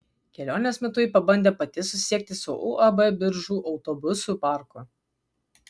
kelionės metu ji pabandė pati susisiekti su uab biržų autobusų parku